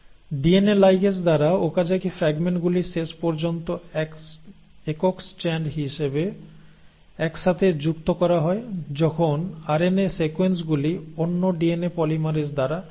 DNA ligase দ্বারা Okazaki fragment গুলি শেষ পর্যন্ত একক স্ট্র্যান্ড হিসাবে একসাথে যুক্ত করা হয় যখন আরএনএ সিকোয়েন্সগুলি অন্য ডিএনএ পলিমেরেজ দ্বারা সরানো হয়